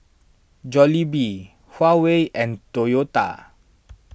Jollibee Huawei and Toyota